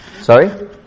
Sorry